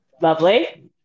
Lovely